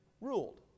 ruled